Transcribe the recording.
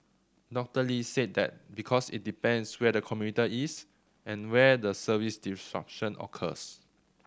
Doctor Lee said that because it depends where the commuter is and where the service disruption occurs